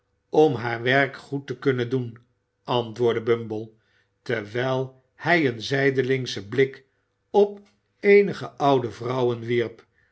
om haar werk goed te kunnen doen antwoordde bumble terwijl hij een zijdelingschen blik op eenige oude vrouwen wierp